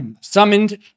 Summoned